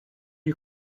you